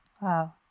Wow